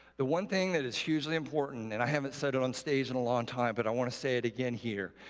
the one thing that is hugely important and i haven't said it on stage for and a long time, but i want to say it again here,